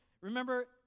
remember